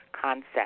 concept